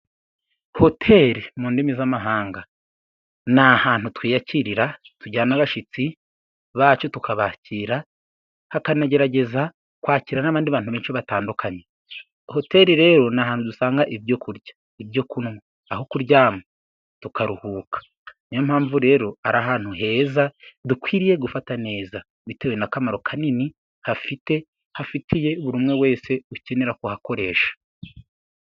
Hoteri mu ndimi z'amahanga. Ni ahantu twiyakirira, tujyana abashyitsi bacu tukabakira, hakanagerageza kwakira n'abandi bantu benshi batandukanye. Hoteri rero ni ahantu dusanga ibyo kurya, ibyo kunywa, aho kuryama, tukaruhuka. Niyo mpamvu rero ari ahantu heza dukwiriye gufata neza, bitewe n'akamaro kanini hafitiye buri umwe wese ukenera kuhakoresha.